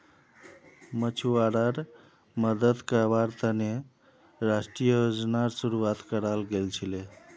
मछुवाराड मदद कावार तने राष्ट्रीय योजनार शुरुआत कराल गेल छीले